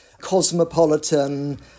cosmopolitan